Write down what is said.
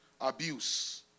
abuse